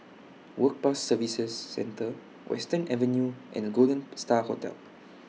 Work Pass Services Centre Western Avenue and Golden STAR Hotel